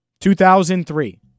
2003